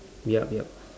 yup yup